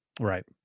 Right